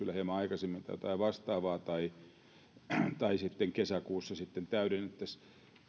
syksyllä hieman aikaisemmin tai jotain vastaavaa tai sitten kesäkuussa täydennettäisiin